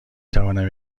توانم